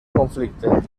conflicte